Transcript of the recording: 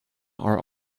are